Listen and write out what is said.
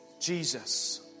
Jesus